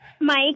Mike